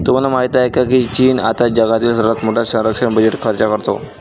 तुम्हाला माहिती आहे का की चीन आता जगातील सर्वात मोठा संरक्षण बजेट खर्च करतो?